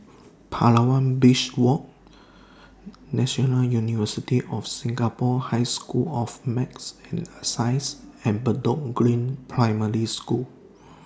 Palawan Beach Walk National University of Singapore High School of Math and Science and Bedok Green Primary School